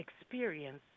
experience